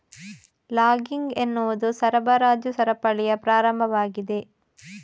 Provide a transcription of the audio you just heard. logging ಎನ್ನುವುದು ಸರಬರಾಜು ಸರಪಳಿಯ ಪ್ರಾರಂಭವಾಗಿದೆ